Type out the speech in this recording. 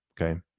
Okay